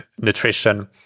nutrition